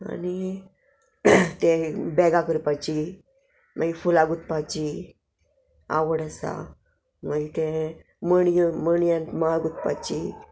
आनी ते बेगा करपाची मागीर फुलां गुतपाची आवड आसा मागीर ते मण्यो मणयान माळ गुंतपाची